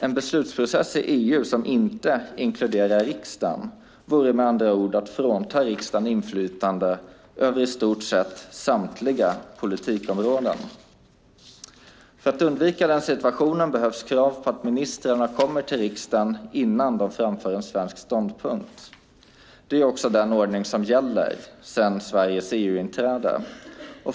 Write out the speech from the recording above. En beslutsprocess i EU som inte inkluderar riksdagen vore med andra ord att frånta riksdagen inflytande över i stort sett samtliga politikområden. För att undvika den situationen behövs krav på att ministrarna kommer till riksdagen innan de framför en svensk ståndpunkt. Det är också den ordning som gäller sedan Sveriges EU-inträde.